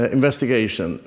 Investigation